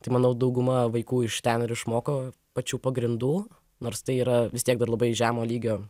tai manau dauguma vaikų iš ten ir išmoko pačių pagrindų nors tai yra vis tiek dar labai žemo lygio